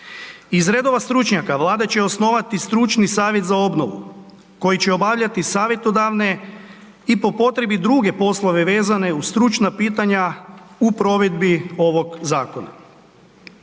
Iz redova stručnjaka vlada će osnovati stručni Savjet za obnovu koji će obavljati savjetodavne i po potrebi druge poslove vezane uz stručna pitanja u provedbi ovog zakona.